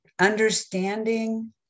Understanding